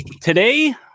today